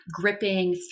gripping